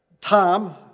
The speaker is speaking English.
Tom